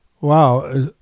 Wow